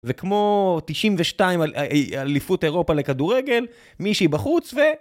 זה כמו 92 אליפות אירופה לכדורגל, מישהי בחוץ ו...